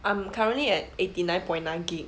I'm currently at eighty nine point nine G_B